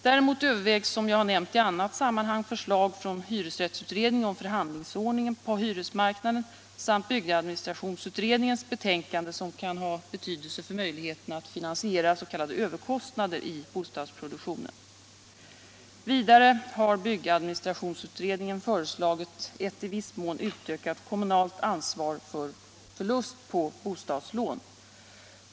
Däremot övervägs, som jag har nämnt i annat sammanhang, förslag från hyresrättsutredningen om förhandlingsordningen på hyresmarknaden samt byggadministrationsutredningens betänkande som kan ha betydelse för möjligheterna att finansiera s.k. överkostnader i bostadsproduktionen. Vidare har byggadministrationsutredningen föreslagit ett i viss mån utökat kommunalt ansvar för förlust på bostadslån.